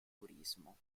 turismo